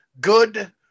good